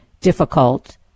difficult